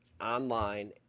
online